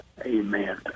Amen